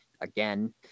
again